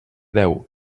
deu